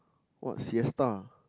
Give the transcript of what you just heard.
what siesta